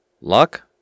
Luck